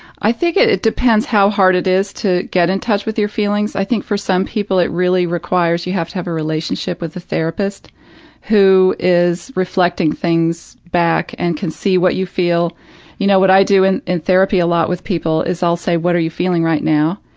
i think it it depends how hard it is to get in touch with your feelings. i think for some people it really requires you have to have a relationship with a therapist who is reflecting things back and can see what you feel you know, what i do in in therapy a lot with people is i'll say, what are you feeling right now?